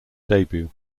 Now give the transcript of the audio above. debut